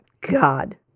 God